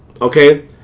Okay